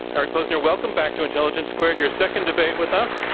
eric posner, welcome back to intelligence squared. your second debate with us.